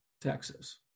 Texas